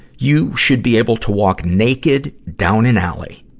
you should be able to walk naked down an alley,